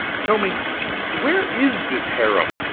tell me where is this harem?